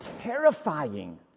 terrifying